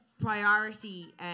priority